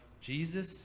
Jesus